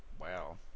Wow